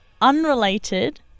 unrelated